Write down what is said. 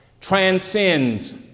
transcends